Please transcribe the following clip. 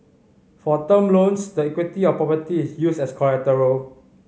for term loans the equity of property is used as collateral